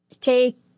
take